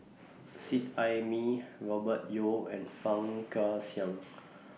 Seet Ai Mee Robert Yeo and Fang